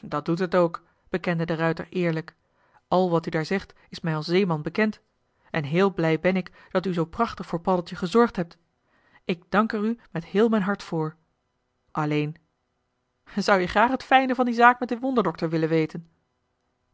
dat doet het ook bekende de ruijter eerlijk al wat u daar zegt is mij als zeeman bekend en heel blij ben ik dat u zoo prachtig voor paddeltje gezorgd hebt ik dank er u met heel mijn hart voor alleen zou-je graag het fijne van die zaak met den wonderdokter willen weten